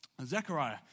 Zechariah